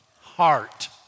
heart